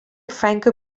franco